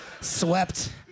swept